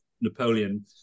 Napoleon